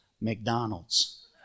McDonald's